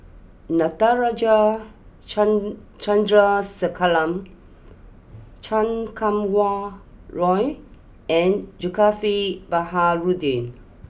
Natarajan Chan Chandrasekaran Chan Kum Wah Roy and Zulkifli Baharudin